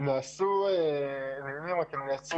נעשו דיונים אבל כרגע